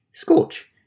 scorch